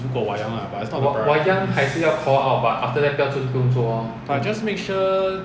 如果 wayang lah but it's not the priorities but just make sure